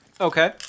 Okay